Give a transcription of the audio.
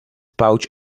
pouch